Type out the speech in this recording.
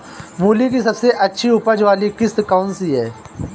मूली की सबसे अच्छी उपज वाली किश्त कौन सी है?